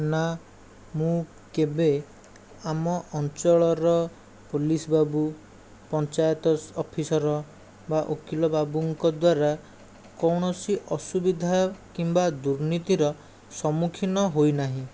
ନା ମୁଁ କେବେ ଆମ ଅଞ୍ଚଳର ପୁଲିସ୍ ବାବୁ ପଞ୍ଚାୟତ ଅଫିସର ବା ଓକିଲ ବାବୁଙ୍କ ଦ୍ୱାରା କୌଣସି ଅସୁବିଧା କିମ୍ବା ଦୁର୍ନୀତିର ସମ୍ମୁଖୀନ ହୋଇନାହିଁ